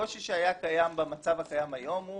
הקושי במצב הקיים היום הוא